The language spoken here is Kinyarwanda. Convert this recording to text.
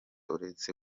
uretse